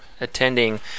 attending